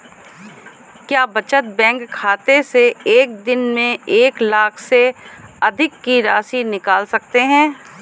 क्या बचत बैंक खाते से एक दिन में एक लाख से अधिक की राशि निकाल सकते हैं?